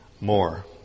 more